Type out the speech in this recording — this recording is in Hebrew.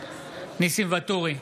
ניסים ואטורי,